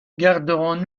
garderons